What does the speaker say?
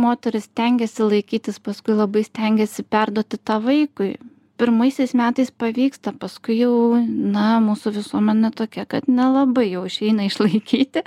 moteris stengiasi laikytis paskui labai stengiasi perduoti tą vaikui pirmaisiais metais pavyksta paskui jau na mūsų visuomenė tokia kad nelabai jau išeina išlaikyti